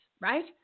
right